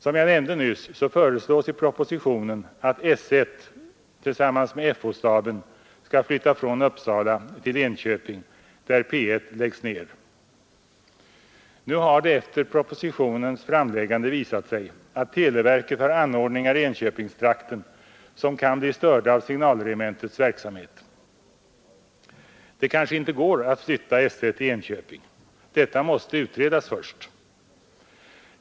Som jag nyss nämnde föreslås i propositionen att § 1 tillsammans med Fo-staben skall flytta från Uppsala till Enköping, där P1 läggs ned. Nu har det efter propositionens framläggande visat sig att televerket har anordningar i Enköpingstrakten som kan bli störda av signalregementets verksamhet. Det kanske inte går att flytta S 1 till Enköping. Detta måste utredas först.